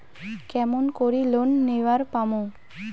কেমন করি লোন নেওয়ার পামু?